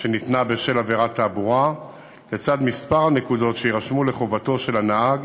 שניתנה בשל עבירת תעבורה לצד מספר הנקודות שיירשמו לחובתו של הנהג